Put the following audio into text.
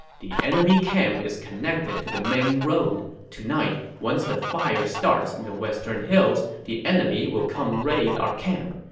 the enemy camp is connected to the main road. tonight, once the fire starts in the western hills, the enemy will come raid our camp.